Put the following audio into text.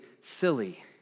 silly